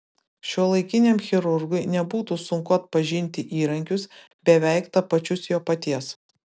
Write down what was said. šiuolaikiniam chirurgui nebūtų sunku atpažinti įrankius beveik tapačius jo paties